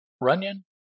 Runyon